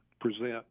present